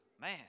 man